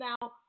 now